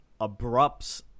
abrupts